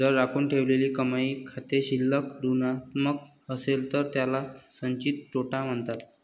जर राखून ठेवलेली कमाई खाते शिल्लक ऋणात्मक असेल तर त्याला संचित तोटा म्हणतात